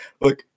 Look